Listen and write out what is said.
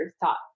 thought